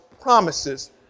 promises